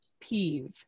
peeve